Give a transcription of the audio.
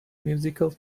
musical